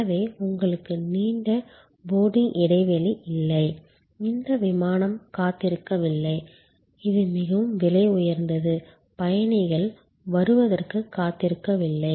எனவே உங்களுக்கு நீண்ட போர்டிங் இடைவெளி இல்லை அந்த விமானம் காத்திருக்கவில்லை இது மிகவும் விலை உயர்ந்தது பயணிகள் வருவதற்கு காத்திருக்கவில்லை